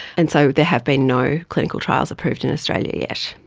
and so there have been no clinical trials approved in australia yet.